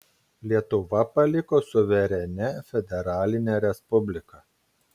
lietuva paliko suverenia federaline respublika